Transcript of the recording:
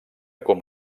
com